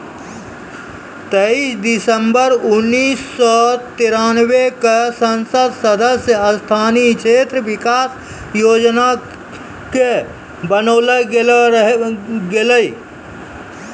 तेइस दिसम्बर उन्नीस सौ तिरानवे क संसद सदस्य स्थानीय क्षेत्र विकास योजना कअ बनैलो गेलैय